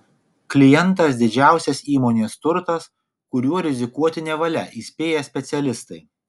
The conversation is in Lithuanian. klientas didžiausias įmonės turtas kuriuo rizikuoti nevalia įspėja specialistai